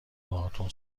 باهاتون